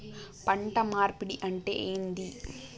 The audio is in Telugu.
పంట మార్పిడి అంటే ఏంది?